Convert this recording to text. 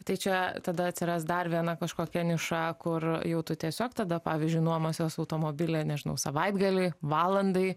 tai čia tada atsiras dar viena kažkokia niša kur jau tu tiesiog tada pavyzdžiui nuomosies automobilį nežinau savaitgaliui valandai